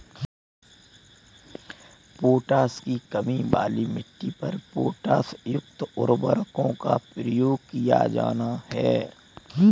potash की कमी वाली मिट्टी पर पोटाशयुक्त उर्वरकों का प्रयोग किया जाना है